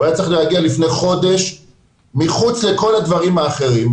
הוא היה צריך להגיע לפני חודש מחוץ לכל הדברים האחרים.